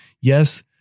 yes